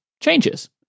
changes